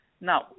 Now